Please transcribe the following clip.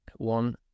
One